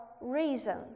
reason